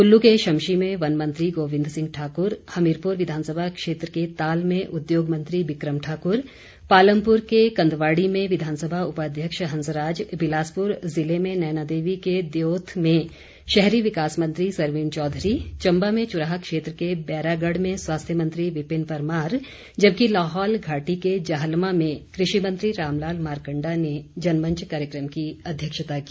कुल्लू के शमशी में वन मंत्री गोबिंद सिंह ठाक्र हमीरपुर विधानसभा क्षेत्र के ताल में उद्योग मंत्री बिक्रम ठाक्र पालमपुर के कंदवाड़ी में विधानसभा उपाध्यक्ष हंसराज बिलासपुर जिले में नैनादेवी के दयोथ में शहरी विकास मंत्री सरवीण चौधरी चंबा में चुराह क्षेत्र के बैरागढ़ में स्वास्थ्य मंत्री विपिन परमार जबकि लाहौल घाटी के जाहलमा में कृषि मंत्री रामलाल मारकंडा ने जनमंच कार्यक्रम की अध्यक्षता की